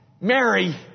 Mary